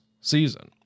season